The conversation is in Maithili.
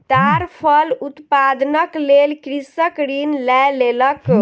ताड़ फल उत्पादनक लेल कृषक ऋण लय लेलक